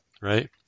right